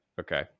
okay